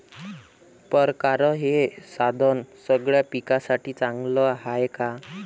परकारं हे साधन सगळ्या पिकासाठी चांगलं हाये का?